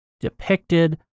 depicted